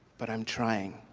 but i'm trying.